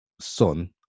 son